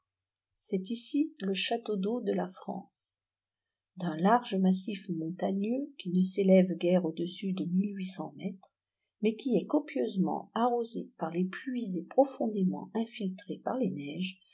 c'est ici le château d'eau de la france d'un large massif montagneux qui ne s'élève guère au-dessus de mètres mais qui est copieusement arrosé par les pluies et profondément infiltré par les neiges